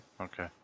Okay